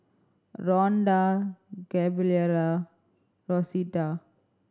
Ronda Gabriella Rosita